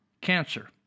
cancer